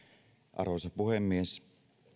arvoisa puhemies